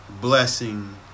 blessing